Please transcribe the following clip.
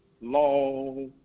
law